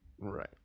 right